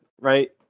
right